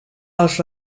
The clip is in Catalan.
els